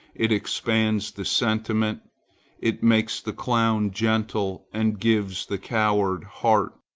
it expands the sentiment it makes the clown gentle and gives the coward heart.